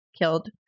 killed